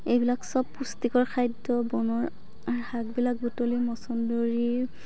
এইবিলাক চব পুষ্টিকৰ খাদ্য় বনৰ শাকবিলাক বুটলি মছন্দৰী